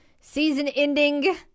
season-ending